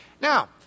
Now